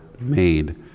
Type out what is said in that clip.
made